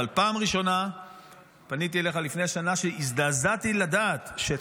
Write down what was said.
אבל בפעם הראשונה פניתי אליך לפני שנה כשהזדעזעתי לדעת שאת